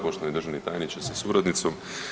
Poštovani državni tajniče sa suradnicom.